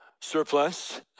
surplus